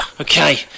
Okay